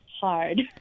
hard